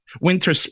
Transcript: winter